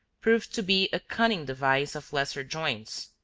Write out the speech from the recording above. proved to be a cunning device of lesser joints,